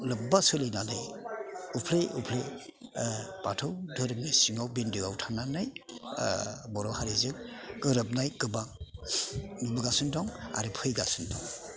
लोब्बा सोलिनानै उप्ले उप्ले बाथौ धोरोमनि सिङाव बिन्दोआव थानानै बर' हारिजों गोरोबनाय गोबां नुबोगासिनो दं आरो फैगासिनो दं